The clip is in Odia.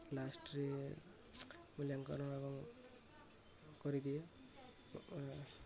ଲାଷ୍ଟରେ ମୂଲ୍ୟାଙ୍କନ କରିଦିଏ